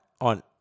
on